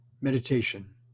meditation